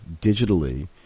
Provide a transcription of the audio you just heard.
digitally